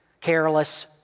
careless